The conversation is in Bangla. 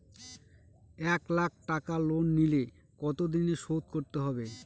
এক লাখ টাকা লোন নিলে কতদিনে শোধ করতে হবে?